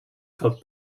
club